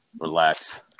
Relax